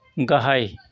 गाहाय